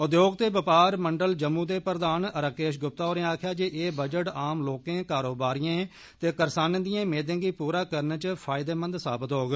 उद्योग ते बपार मंडल जम्मू दे प्रधान राकेश गुप्ता होरें आक्खेआ ऐ जे एह् बजट आम लोकें कारोबारिए ते करसानें दिए मेदें गी पूरा करने च फायदेमंद साबत होग